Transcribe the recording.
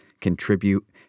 contribute